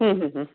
हम्म हम्म हम्म